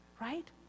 right